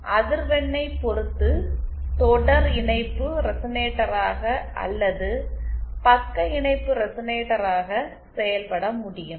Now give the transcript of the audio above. அது அதிர்வெண்ணைப் பொறுத்து தொடர் இணைப்பு ரெசனேட்டராக அல்லது பக்க இணைப்பு ரெசனேட்டராக செயல்பட முடியும்